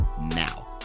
now